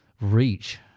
reach